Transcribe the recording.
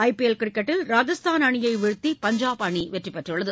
ஐ P L கிரிக்கெட்டில் ராஜஸ்தான் அணியை விழ்த்தி பஞ்சாப் அணி வெற்றி பெற்றுள்ளது